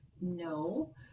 no